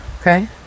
Okay